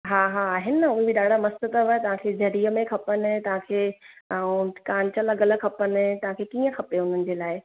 हा हा आहे न हू बि ॾाढा मस्तु अथव तव्हांखे ज़रीअ में खपनि तव्हांखे ऐं कांच लॻलि खपनि तव्हांखे कीअं खपेव हुननि जे लाइ